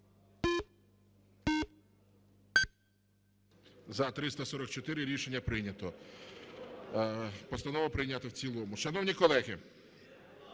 За-344 Рішення прийнято. Постанова прийнята в цілому. Шановні колеги,